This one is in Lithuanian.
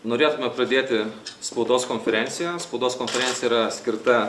norėtume pradėti spaudos konferenciją spaudos konferencija yra skirta